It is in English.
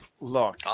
Look